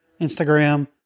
Instagram